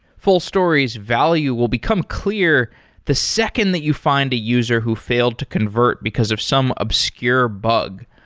fullstory's value will become clear the second that you find a user who failed to convert because of some obscure bug.